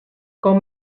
com